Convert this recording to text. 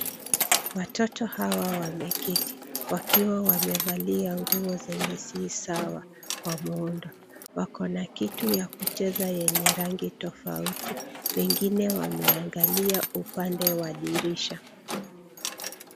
Watoto hawa wameketi wakiwa wamevalia nguo zenye si sawa kwa muundo. Wako na kitu ya kucheza yenye rangi tofauti wengine wameangalia upande wa dirisha.